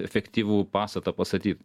efektyvų pastatą pastatyt